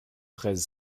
treize